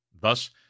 Thus